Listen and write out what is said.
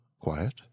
quiet